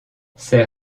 ces